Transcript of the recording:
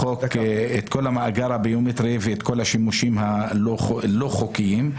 המאגר הביומטרי ואת כל השימושים הלא חוקיים,